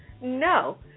no